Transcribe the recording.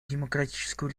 демократическую